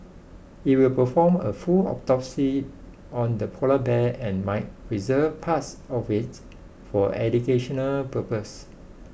it will perform a full autopsy on the polar bear and might preserve parts of it for educational purposes